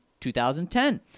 2010